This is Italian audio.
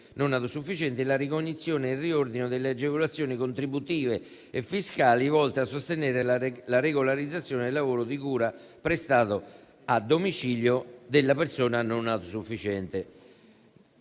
non autosufficienti la ricognizione e il riordino delle agevolazioni contributive e fiscali volte a sostenere la regolarizzazione del lavoro di cura prestato a domicilio della persona non autosufficiente.